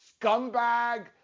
scumbag